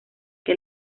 que